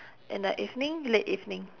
at night evening late evening